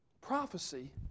prophecy